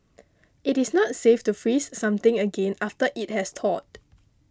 it is not safe to freeze something again after it has thawed